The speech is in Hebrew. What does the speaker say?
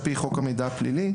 על פי חוק המידע הפלילי.